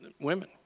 women